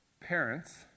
parents